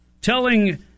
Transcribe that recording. telling